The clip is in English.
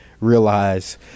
realize